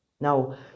Now